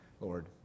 Lord